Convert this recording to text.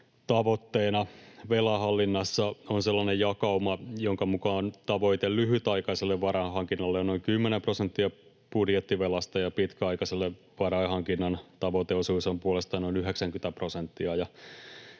tavoitteenaan velanhallinnassa on sellainen jakauma, jonka mukaan tavoite lyhytaikaiselle varainhankinnalle on noin 10 prosenttia budjettivelasta ja pitkäaikaisen varainhankinnan tavoiteosuus on puolestaan noin 90 prosenttia.